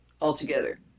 altogether